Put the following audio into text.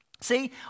See